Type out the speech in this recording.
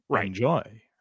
enjoy